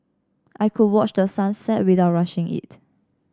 I could watch the sun set without rushing it